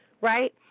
right